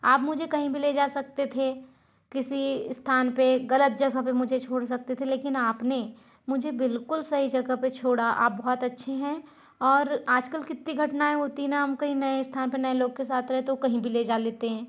आप मुझे कहीं भी ले जा सकते थे किसी स्थान पर गलत जगह पर मुझे छोड़ सकते थे लेकिन अपने मुझे बिल्कुल सही जगह पर छोड़ा आप बहुत अच्छे हैं और आज कल कितनी घटनाएं होती ना हम कहीं नए स्थान पर नए लोगों के साथ रहे तो कहीं भी ले जा लेते हैं